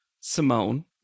simone